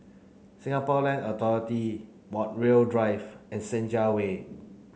Singapore Land Authority Montreal Drive and Senja Way